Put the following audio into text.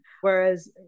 Whereas